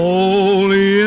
Holy